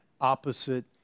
opposite